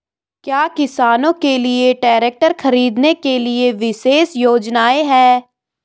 क्या किसानों के लिए ट्रैक्टर खरीदने के लिए विशेष योजनाएं हैं?